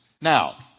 Now